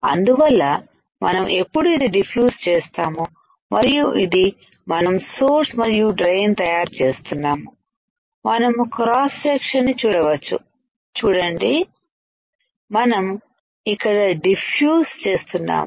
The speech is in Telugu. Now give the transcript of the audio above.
అందువల్ల మనం ఎప్పుడు ఇది డిఫ్యూజ్ చేస్తాము మరియు ఇది మనం సోర్స్ మరియు డ్రైన్ తయారు చేస్తున్నాము మనము క్రాస్ సెక్షన్ ని చూడవచ్చు చూడండి మనం ఇక్కడ డిఫ్యూజ్ చేస్తున్నాము